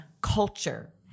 culture